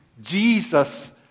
Jesus